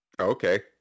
Okay